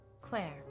Claire